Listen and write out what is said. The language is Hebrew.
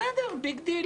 בסדר, ביג דיל.